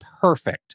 perfect